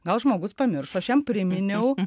gal žmogus pamiršo aš jam priminiau